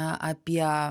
a apie